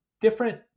Different